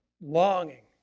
longing